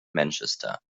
manchester